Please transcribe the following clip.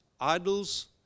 idols